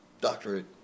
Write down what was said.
doctorate